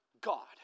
God